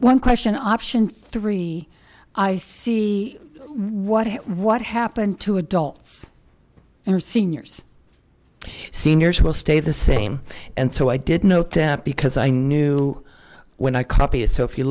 one question option three i see what what happened to adults and her seniors seniors will stay the same and so i did note that because i knew when i copy it so if you